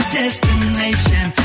destination